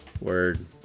Word